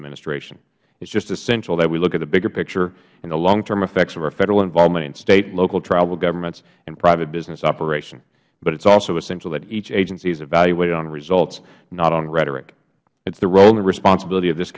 administration it is just essential that we look at the bigger picture and the long term effects of our federal involvement in state local and tribal governments and private business operation but it is also essential that each agency is evaluate on results not on rhetoric it is the role and the responsibility of this